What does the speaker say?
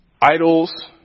idols